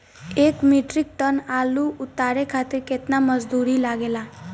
एक metric tonne आलू उतारे खातिर केतना मजदूरी लागेला?